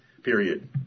period